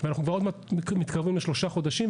העלייה התגברה ואנחנו עוד מעט מתקרבים לשלושה חודשים.